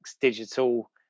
digital